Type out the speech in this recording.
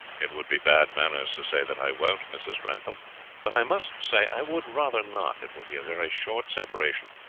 it would be bad manners to say that i won't, mrs. grantham but i must say i would rather not. it will be a very short separation.